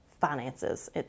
finances